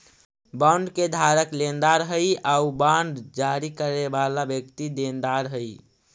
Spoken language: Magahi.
बॉन्ड के धारक लेनदार हइ आउ बांड जारी करे वाला व्यक्ति देनदार हइ